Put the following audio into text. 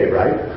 right